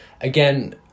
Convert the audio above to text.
Again